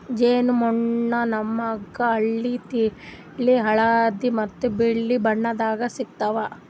ಜೇನ್ ಮೇಣ ನಾಮ್ಗ್ ಹಳ್ದಿ, ತಿಳಿ ಹಳದಿ ಮತ್ತ್ ಬಿಳಿ ಬಣ್ಣದಾಗ್ ಸಿಗ್ತಾವ್